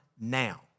now